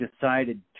decided